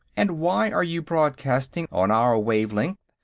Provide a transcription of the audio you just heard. and why are you broadcasting, on our wavelength,